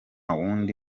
wundi